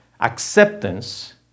acceptance